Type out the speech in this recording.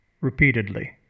repeatedly